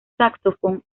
saxofón